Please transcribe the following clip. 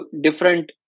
different